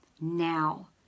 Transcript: now